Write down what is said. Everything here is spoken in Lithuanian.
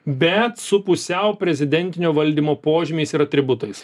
bet su pusiau prezidentinio valdymo požymiais ir atributais